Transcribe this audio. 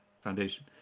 foundation